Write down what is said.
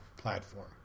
platform